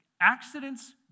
accidents